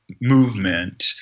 movement –